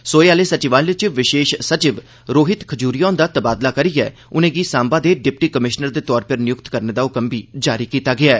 सोए आह्ले सचिवालय च विशेष सचिव रोहित खजूरिया हुंदा तबादला करियै उनें'गी सांबा दे डिप्टी कमिशनर दे तौर पर नियुक्त करने दा हुक्म बी जारी कीता गेआ ऐ